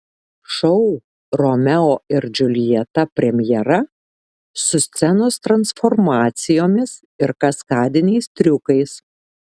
šou romeo ir džiuljeta premjera su scenos transformacijomis ir kaskadiniais triukais